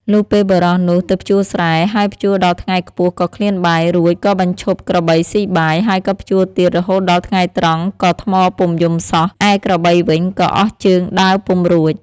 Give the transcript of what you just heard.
លុះពេលបុរសនោះទៅភ្ជួរស្រែ ហើយភ្ជួរដល់ថ្ងៃខ្ពស់ក៏ឃ្លានបាយ រួចក៏បញ្ឈប់ក្របីស៊ីបាយ ហើយក៏ភ្ជួរទៀតរហូតដល់ថ្ងៃត្រង់ក៏ថ្មពុំយំសោះ ឯក្របីវិញក៏អស់ជើងដើរពុំរួច។